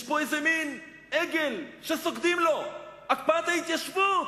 יש פה מין עגל שסוגדים לו, הקפאת ההתיישבות.